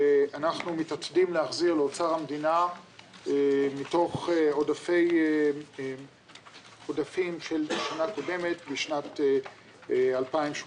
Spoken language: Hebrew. שאנחנו מתעתדים להחזיר לאוצר המדינה מתוך עודפים של שנה קודמת בשנת 2018